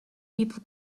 people